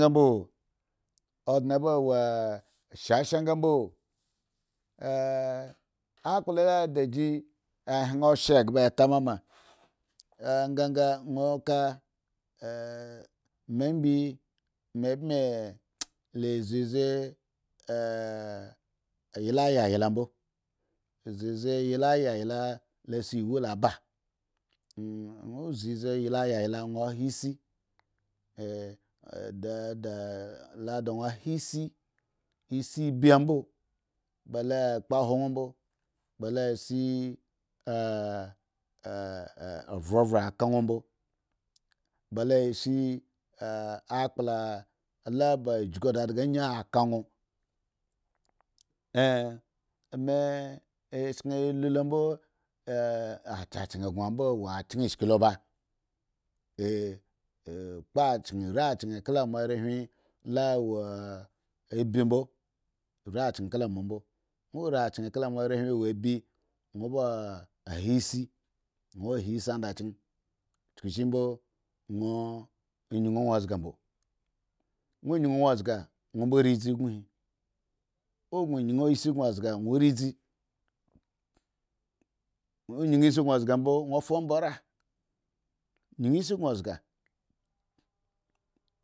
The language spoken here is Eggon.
Odne ba wo shasha a anga mbo akpla la ba ji hwan osye egba etama anganga, me ibi me bmi ozize ylayayla mbo lo si ewu laba, won zizi ylayayla won la ha si eh a du da lo da won ha si isi ebi ambo bale kpo hwo won mbo. ba lo si uvuvre ka won mbo lese eh akpla le se akpla la ba jugu dadga ayin aka won med shen elu lo ombo achechen gou ambo wo a chen iski lo ba, a kpo chan ri chen kala mo arechwin la wo abi mbo ri a chen kala mo mbo wonri acha kala mo rechwin wo abi won ha isi won haisi onda chen won ha isi chukushimbo won yin won aga mbo won yin wo zga won mbo rizi won ri zi oboh hi, won yin si gonaga mbo won fa ombara yum isi gon zga